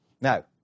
Now